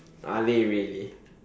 are they really